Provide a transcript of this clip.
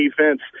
defense